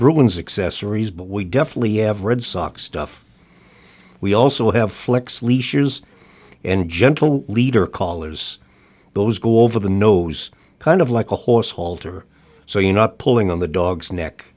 bruins accessories but we definitely have red sox stuff we also have flex leisure's and gentle leader color's those go over the nose kind of like a horse halter so you're not pulling on the dog's neck